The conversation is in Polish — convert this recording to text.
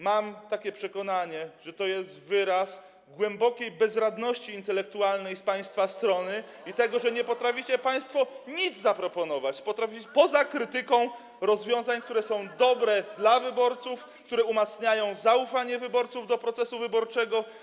Mam takie przekonanie, że to jest wyraz głębokiej bezradności intelektualnej z państwa strony [[Poruszenie na sali]] i tego, że nie potraficie państwo niczego zaproponować poza krytyką rozwiązań, które są dobre dla wyborców, które umacniają zaufanie wyborców do procesu wyborczego.